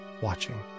watching